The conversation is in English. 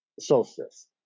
solstice